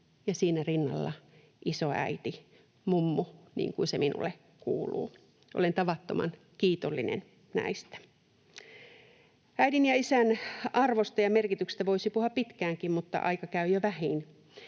ja siinä rinnalla isoäiti, mummu niin kuin se minulle kuuluu. Olen tavattoman kiitollinen näistä. Äidin ja isän arvosta ja merkityksestä voisi puhua pitkäänkin, mutta aika käy jo vähiin.